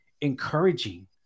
encouraging